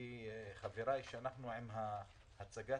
חברי הכנסת